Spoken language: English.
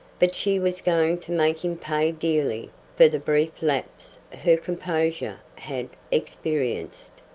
but she was going to make him pay dearly for the brief lapse her composure had experienced.